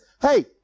Hey